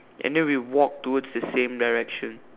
and then we walk towards the same direction